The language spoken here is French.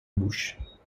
bouche